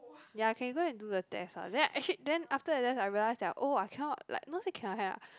ya can go and do the test ah then actually then after that then I realise that oh I cannot like not say cannot cannot